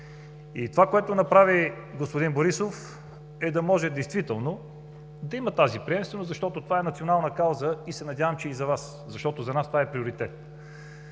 И това, което направи господин Борисов, е да може действително да има тази приемственост, защото това е национална кауза и се надявам, че тя е такава и за Вас, защото за нас това е приоритет.